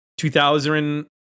2000